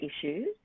issues